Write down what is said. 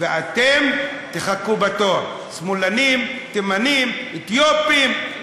ואתם תחכו בתור: שמאלנים, תימנים, אתיופים,